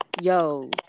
yo